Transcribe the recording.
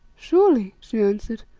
surely, she answered,